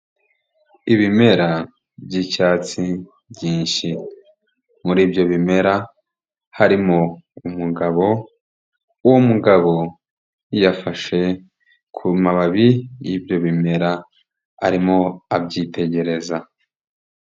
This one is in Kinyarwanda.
Ibimera by'icyatsi byinshi, muri ibyo bimera harimo umugabo, uwo mugabo yafashe ku mababi y'ibyo bimera arimo abyitegereza.